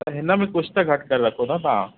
त हिन में कुझु त घटि करे रखो न तव्हां